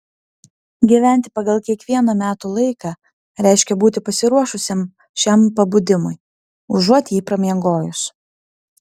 gyventi pagal kiekvieną metų laiką reiškia būti pasiruošusiam šiam pabudimui užuot jį pramiegojus